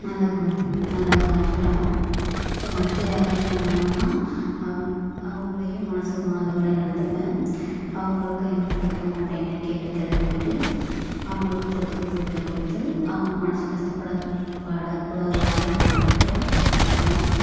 நல்லா கவனி நல்லா கவனித்துப்பேன் இப்போ மற்ற யாராச்சும் வந்தாங்கன்னா அவுங்க அவங்களையும் மனசு கோணாதபடி நடந்துப்பேன் அவங்களுக்கு என்ன பிடிக்கும் அப்படின்னு கேட்டு தெரிஞ்சுக்கிட்டு அவங்களுக்கு பிடிச்சத செஞ்சு கொடுத்து அவங்க மனசு கஷ்ட படாத படக்கூடாதமாதிரி நடந்துக்கிட்டு நடந்துப்பேன்